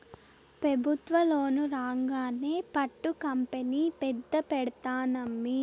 పెబుత్వ లోను రాంగానే పట్టు కంపెనీ పెద్ద పెడ్తానమ్మీ